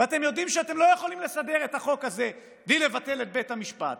ואתם יודעים שאתם לא יכולים לסדר את החוק הזה בלי לבטל את בית המשפט,